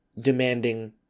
demanding